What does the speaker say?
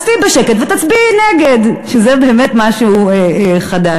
אז תהיי בשקט ותצביעי נגד, שזה באמת משהו חדש.